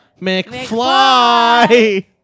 McFly